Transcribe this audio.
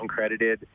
uncredited